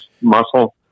muscle